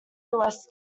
less